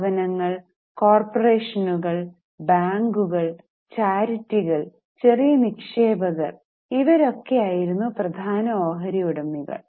സ്ഥാപനങ്ങൾ കോര്പറേഷനുകൾ ബാങ്കുകൾ ചാരിറ്റികൾ ചെറിയ നിക്ഷേപകർ ഇവരൊക്കെ ആയിരുന്നു പ്രധാന ഓഹരിയുടമകൾ